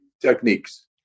techniques